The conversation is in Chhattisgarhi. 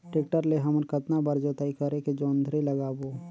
टेक्टर ले हमन कतना बार जोताई करेके जोंदरी लगाबो?